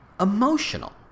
emotional